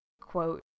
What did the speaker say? quote